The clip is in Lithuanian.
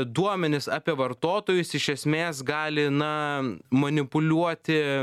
duomenis apie vartotojus iš esmės gali na manipuliuoti